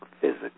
physics